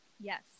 Yes